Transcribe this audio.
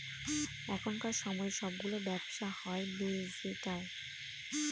এখনকার সময় সবগুলো ব্যবসা হয় ডিজিটাল